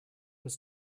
was